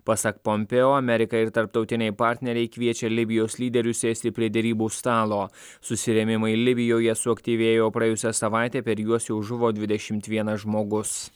pasak pompėjo amerika ir tarptautiniai partneriai kviečia libijos lyderius sėsti prie derybų stalo susirėmimai libijoje suaktyvėjo praėjusią savaitę per juos jau žuvo dvidešimt vienas žmogus